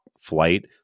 flight